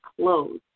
clothes